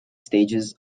stages